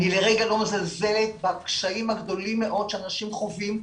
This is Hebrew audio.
אני לרגע לא מזלזלת בקשיים הגדולים מאוד שאנשים חווים,